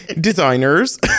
Designers